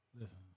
Listen